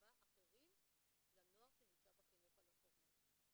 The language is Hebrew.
חשיבה אחרים לנוער שנמצא בחינוך הלא-פורמלי.